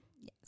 Yes